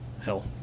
hell